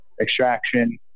extraction